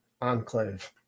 enclave